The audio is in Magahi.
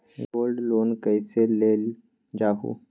गोल्ड लोन कईसे लेल जाहु?